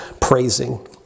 praising